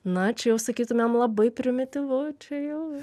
na čia jau sakytumėm labai primityvu čia jau